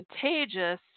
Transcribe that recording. contagious